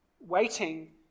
Waiting